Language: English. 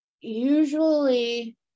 usually